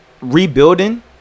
rebuilding